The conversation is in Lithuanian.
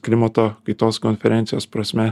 klimato kaitos konferencijos prasme